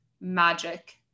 magic